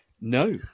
No